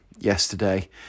yesterday